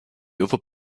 other